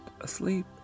asleep